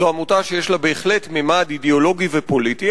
זו עמותה שיש לה בהחלט ממד אידיאולוגי ופוליטי,